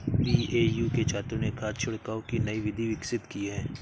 BAU के छात्रों ने खाद छिड़काव की नई विधि विकसित की है